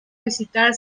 visitar